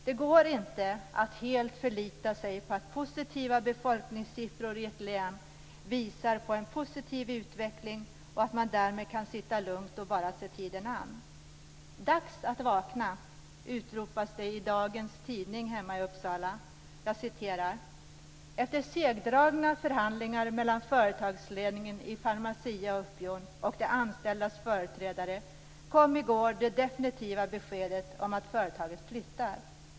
Det går inte att helt förlita sig på att positiva befolkningssiffror i ett län visar på en positiv utveckling och att man därmed kan sitta lugnt och se tiden an. "Dags att vakna" utropas det i dagens tidning hemma i Uppsala. "Efter segdragna förhandlingar mellan företagsledningen i Pharmacia & Upjohn och de anställdas företrädare kom i går det definitiva beskedet om att företaget flyttar.